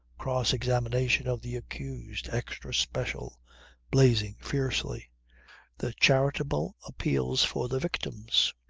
cross-examination of the accused. extra special blazing fiercely the charitable appeals for the victims,